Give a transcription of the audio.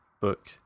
book